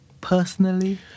personally